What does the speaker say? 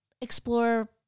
explore